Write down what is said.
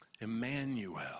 Emmanuel